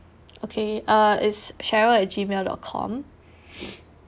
okay uh it's cheryl at gmail dot com